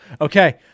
Okay